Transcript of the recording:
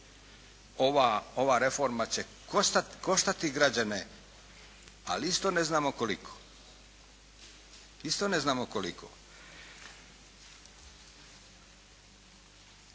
Ova reforma će koštati građane, ali isto ne znamo koliko. Isto ne znamo koliko.